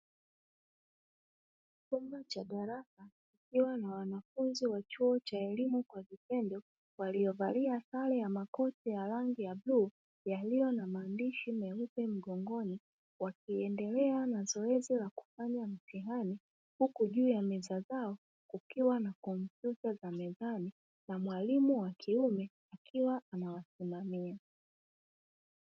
Chumba cha darasa kikiwa na wanafunzi wa chuo cha elimu kwa vitendo waliovalia sare ya makoti ya rangi ya bluu yaliyo na maandishi meupe mgongoni, wakiendelea na zoezi la kufanya mtihani, huku juu ya meza zao kukiwa na kompyuta za mezani na mwalimu wa kiume akiwa anawasimamia.